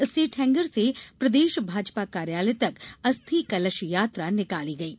state hangar से प्रदेश भाजपा कार्यालय तक अस्थि कलश यात्रा निकाली जा रही है